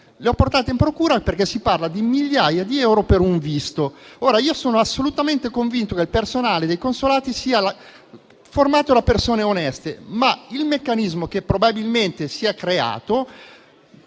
segnalazioni, perché si parla di migliaia di euro per un visto. Ora, io sono assolutamente convinto che il personale dei consolati sia formato da persone oneste. Ma il meccanismo che si è creato